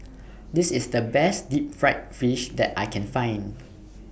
This IS The Best Deep Fried Fish that I Can Find